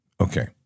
Okay